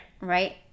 right